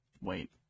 Wait